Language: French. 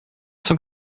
cent